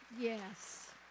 yes